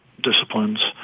disciplines